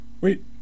Wait